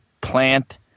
plant